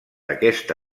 aquesta